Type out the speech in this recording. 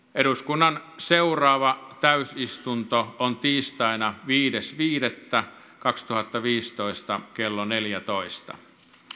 eduskunnan seuraava täysistunto on tiistaina viides viidettä kaksituhattaviisitoista kello neljätoista